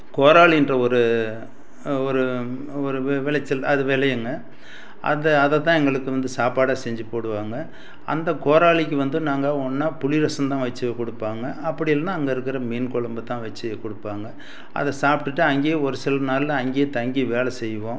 கோராளிகிற ஒரு ஒரு ஒரு விளைச்சல் அது விளையுங்க அதை அதைத்தான் எங்களுக்கு வந்து சாப்பாடாக செஞ்சு போடுவாங்க அந்த கோராளிக்கு வந்து நாங்கள் ஒன்றா புளிரசம் தான் வச்சு கொடுப்பாங்க அப்படி இல்லைனா அங்கே இருக்கிற மீன் குழம்பு தான் வச்சு கொடுப்பாங்க அதை சாப்பிட்டுட்டு அங்கேயே ஒரு சில நாளில் அங்கேயே தங்கி வேலை செய்வோம்